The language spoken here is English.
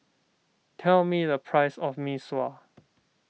tell me the price of Mee Sua